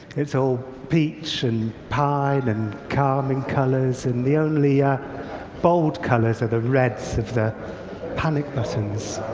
it's all peach and pine and calming colors. and the only ah bold colors are the reds of the panic buttons.